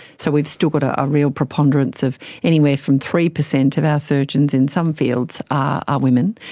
so we've still got ah a real preponderance of anywhere from three percent of our surgeons in some fields are women,